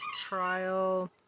trial